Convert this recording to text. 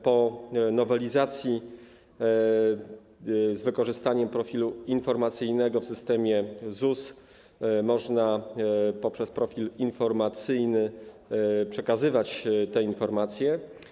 Po nowelizacji można będzie, z wykorzystaniem profilu informacyjnego w systemie ZUS, poprzez profil informacyjny przekazywać te informacje.